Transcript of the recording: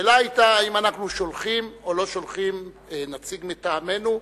השאלה היתה האם אנחנו שולחים או לא שולחים נציג מטעמנו,